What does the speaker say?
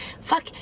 fuck